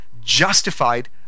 justified